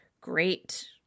great